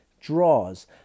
draws